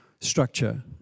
structure